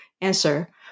answer